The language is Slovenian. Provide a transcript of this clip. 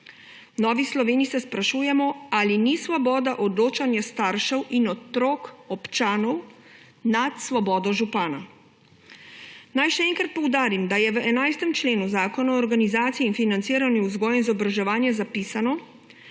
Novi Sloveniji se sprašujemo, ali ni svoboda odločanja staršev in otrok, občanov nad svobodo župana. Naj še enkrat poudarim, da je v 11. členu Zakona o organizaciji in financiranju vzgoje in izobraževanja zapisano,